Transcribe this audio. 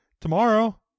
tomorrow